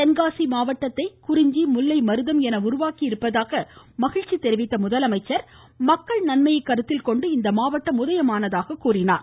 தென்காசி மாவட்டத்தை குறிஞ்சி முல்லை மருதம் என உருவாக்கி இருப்பதாக மகிழ்ச்சி தெரிவித்த முதலமைச்சர் மக்கள் நன்மையை கருத்தில்கொண்டு இம்மாவட்டம் உதயமானதாக குறிப்பிட்டார்